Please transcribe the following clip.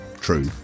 true